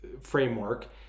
framework